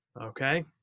okay